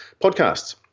podcasts